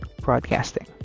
broadcasting